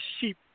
sheep